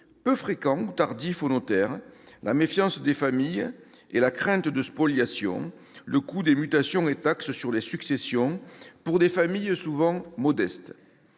peu fréquent ou tardif aux notaires, la méfiance des familles et la crainte de spoliation, le coût des mutations et taxes sur les successions pour des familles souvent modestes.